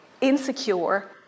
insecure